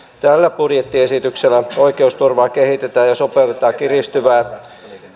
tällä budjettiesityksellä oikeusturvaa kehitetään ja sopeutetaan kiristyvään